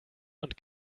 und